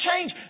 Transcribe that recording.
change